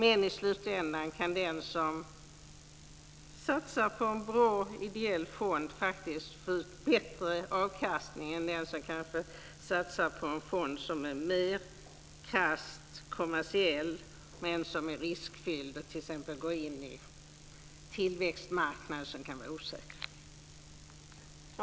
I slutändan kan den som satsar på en bra ideell fond faktiskt få bättre avkastning än den som satsar på en fond som är mer krasst kommersiell, men som är riskfylld och t.ex. går in på tillväxtmarknader som kan vara osäkra.